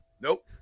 Nope